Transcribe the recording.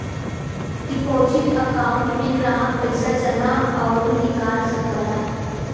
deposit account में ग्राहक पइसा जमा आउर निकाल सकला